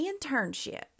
internship